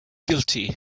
guilty